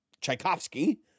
Tchaikovsky